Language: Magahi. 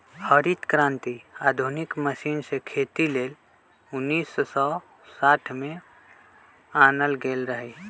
हरित क्रांति आधुनिक मशीन से खेती लेल उन्नीस सौ साठ में आनल गेल रहै